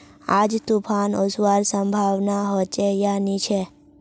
आज तूफ़ान ओसवार संभावना होचे या नी छे?